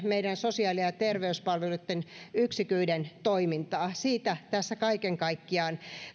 meidän sosiaali ja ja terveyspalveluitten yksiköiden toimintaa siitä tässä kaiken kaikkiaan